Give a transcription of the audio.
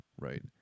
Right